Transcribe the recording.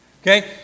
okay